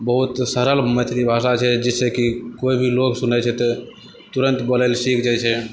बहुत सरल मैथिली भाषा छै जिस से कि कोइ भी लोग सुनै छै तऽ तुरन्त बोलैल सीख जाइ छै